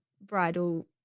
bridal